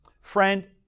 Friend